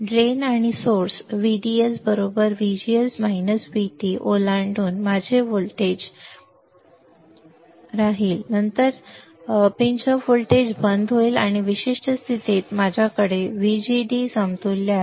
तर नाली आणि स्त्रोत व्हीडीएस व्हीजीएस व्हीटी ओलांडून माझे व्होल्टेज बंद करा नंतर माझी चुटकी बंद होईल या विशिष्ट स्थितीत माझ्याकडे व्हीजीडी समतुल्य आहे